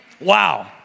Wow